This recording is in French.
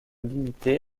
limitée